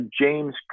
James